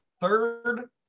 third